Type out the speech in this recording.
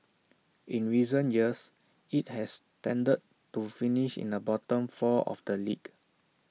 in recent years IT has tended to finish in the bottom four of the league